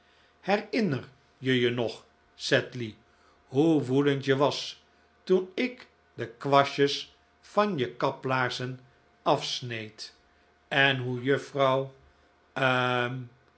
herinner je je nog sedley hoe woedend je was toen ik de kwastjes van je kaplaarzen afsneed en hoe juffrouw hm